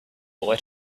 boy